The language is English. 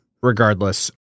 regardless